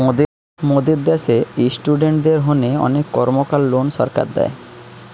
মোদের দ্যাশে ইস্টুডেন্টদের হোনে অনেক কর্মকার লোন সরকার দেয়